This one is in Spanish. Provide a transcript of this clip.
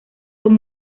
son